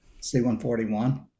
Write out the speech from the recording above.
C-141